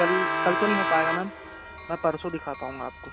कल कल तो नहीं हो पाएगा मैम मैं परसों दिखा पाऊंगा आपको